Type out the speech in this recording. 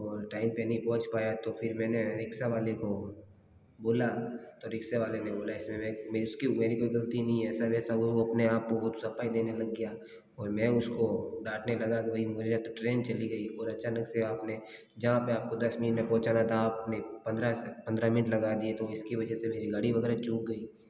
और टाइम पे नी पहुँच पाया तो फ़िर मैंने रिक्सा वाले को बोला तो रिक्से वाले ने बोला इसमें मैं मेरी उसकी मेरी कोई गलती नी है ऐसा वैसा वो अपने आप को बहुत सफाई देने लग गया और मैं उसको डांटने लगा कि भाई मुझे तो ट्रेन चली गई और अचानक से आपने जहाँ पे आपको दस मिनिट में पहुँचाना था आपने पन्द्रह से पन्द्रह मिनिट लगा दिए तो इसकी वजह से मेरी गाड़ी वगैरह चूक गई